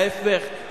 ההיפך,